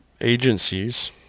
agencies